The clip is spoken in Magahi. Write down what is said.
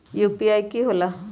यू.पी.आई कि होला?